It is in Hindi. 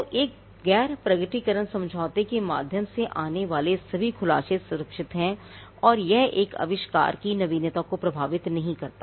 तो एक गैर प्रकटीकरण समझौते के माध्यम से आने वाले सभी खुलासे सुरक्षित हैं और यह एक आविष्कार की नवीनता को प्रभावित नहीं करता है